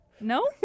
no